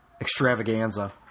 extravaganza